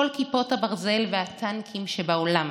כל כיפות הברזל והטנקים שבעולם